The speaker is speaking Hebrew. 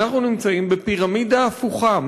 אנחנו נמצאים בפירמידה הפוכה,